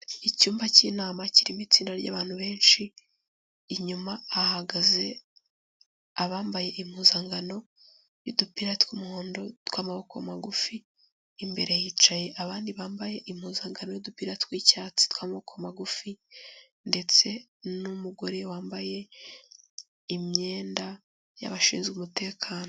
Icyumba cy'inama kirimo itsinda ry'abantu benshi, inyuma hagaze abambaye impuzangano, y'udupira tw'umuhondo tw'amaboko magufi, imbere hicaye abandi bambaye impuzangano y'udupira tw'icyatsi tw'amoboko magufi ndetse n'umugore wambaye imyenda y'abashinzwe umutekano.